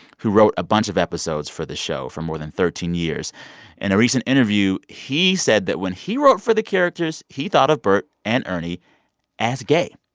who wrote a bunch of episodes for the show for more than thirteen years in a recent interview, interview, he said that when he wrote for the characters, he thought of bert and ernie as gay.